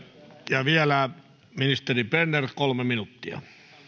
ja vielä ministeri berner kolme minuuttia